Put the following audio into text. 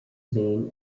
main